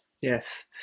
Yes